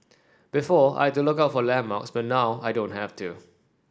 before I had to look out for landmarks but now I don't have to